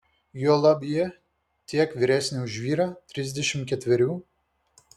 juolab ji tiek vyresnė už vyrą trisdešimt ketverių